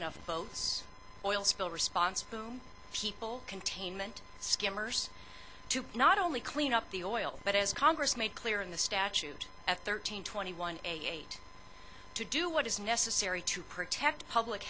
enough boats oil spill response boom people containment skimmers to not only clean up the oil but as congress made clear in the statute at thirteen twenty one eighty eight to do what is necessary to protect public